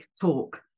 talk